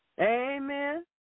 Amen